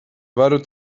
varu